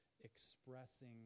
expressing